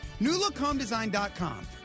NewLookHomeDesign.com